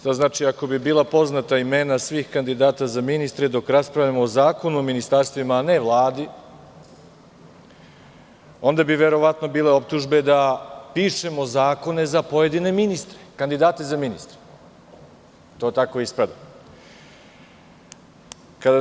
Šta znači, ako bi bila poznata imena svih kandidata za ministre, dok raspravljamo o Zakonu o ministarstvima, a ne Vladi, onda bi verovatno bile optužbe da pišemo zakone za pojedine ministre, kandidate za ministre, to tako ispada.